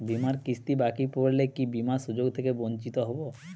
বিমার কিস্তি বাকি পড়লে কি বিমার সুযোগ থেকে বঞ্চিত হবো?